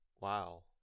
wow